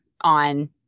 on